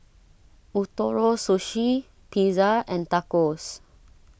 Ootoro Sushi Pizza and Tacos